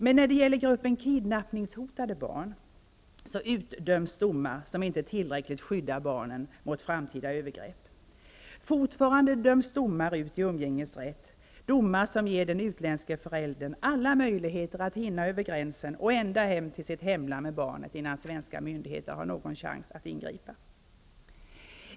Men när det gäller gruppen kidnappningshotade barn utdöms domar som inte tillräckligt skyddar barnen mot framtida övergrepp. Fortfarande fälls domar som ger den utländska föräldern alla möjligheter att hinna över gränsen och ända hem till sitt hemland med barnet, innan svenska myndigheter har någon chans att ingripa.